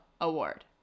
Award